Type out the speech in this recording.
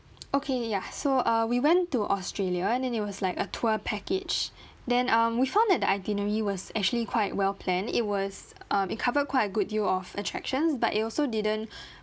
okay ya so uh we went to australia then it was like a tour package then um we found that the itinerary was actually quite well planned it was um it covered quite a good deal of attractions but it also didn't